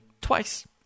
twice